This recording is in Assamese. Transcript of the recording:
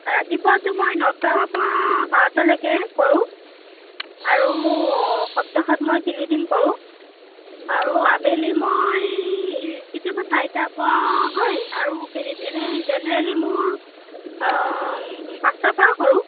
ৰাতিপুৱাতো মই নটাৰ পৰা বাৰটালৈকে কৰোঁ আৰু সপ্তাহত মই তিনিদিন কৰোঁ আৰু আবেলি মই কেতিয়াবা চাৰিটাৰ পৰা হয় আৰু এনেই জেনেৰেলি মোৰ পাঁচটাৰ পৰা কৰোঁ